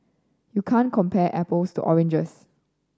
you can't compare apples to oranges